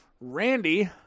Randy